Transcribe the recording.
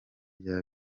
rya